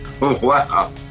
Wow